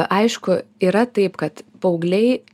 aišku yra taip kad paaugliai